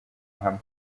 hamwe